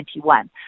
2021